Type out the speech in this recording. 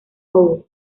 howe